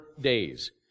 days